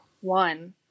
one